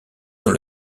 dans